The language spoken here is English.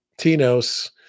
Tinos